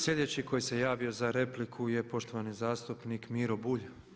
Slijedeći koji se javio za repliku je poštovani zastupnik Miro Bulj.